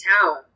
town